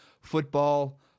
football